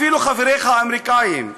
אפילו חבריך האמריקנים,